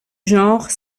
genre